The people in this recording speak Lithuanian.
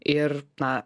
ir na